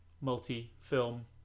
multi-film